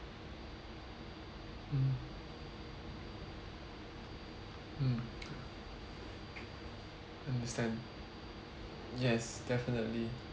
mm mm understand yes definitely